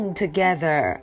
together